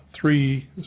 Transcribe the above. three